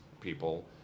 people